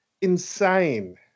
insane